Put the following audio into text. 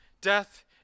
death